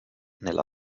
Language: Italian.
nello